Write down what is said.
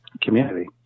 community